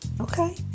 Okay